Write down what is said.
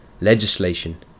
Legislation